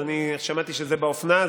אני שמעתי שזה באופנה,